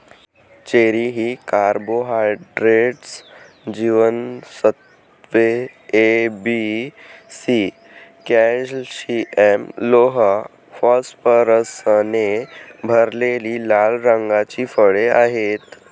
cherry ही carbohydrates, जीवनसत्त्वे A, B, C, calcium, लोह, फॉस्फरसने भरलेली लाल रंगाची फळे आहेत